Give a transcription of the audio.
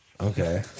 Okay